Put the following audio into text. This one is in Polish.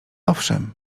owszem